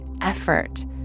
effort